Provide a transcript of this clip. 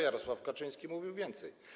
Jarosław Kaczyński mówił więcej.